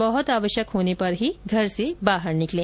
बहुत आवश्यक होने पर ही घर से बाहर निकलें